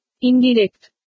Indirect